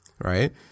right